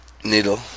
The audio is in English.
Needle